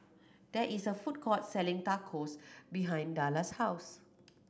there is a food court selling Tacos behind Dallas' house